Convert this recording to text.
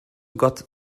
got